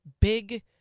big